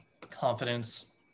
confidence